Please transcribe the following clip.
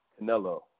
Canelo